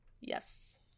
Yes